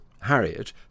Harriet